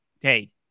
hey